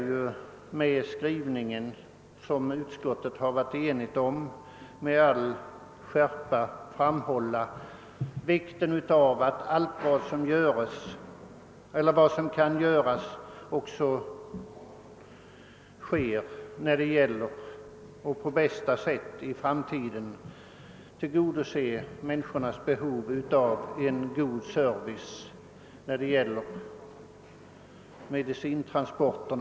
Med den skrivning som utskottet varit enigt om vill vi med skärpa framhålla vikten av att allt vad som kan göras också blir gjort då det gäller att på bästa sätt i framtiden tillgodose människors behov av god service beträffande medicintransporter.